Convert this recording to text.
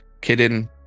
Kidding